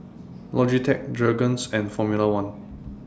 Logitech Jergens and Formula one